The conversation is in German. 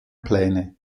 pläne